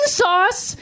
sauce